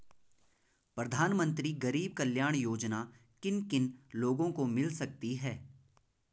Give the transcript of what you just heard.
प्रधानमंत्री गरीब कल्याण योजना किन किन लोगों को मिल सकती है?